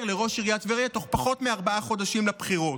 לראש עיריית טבריה פחות מארבעה חודשים לבחירות.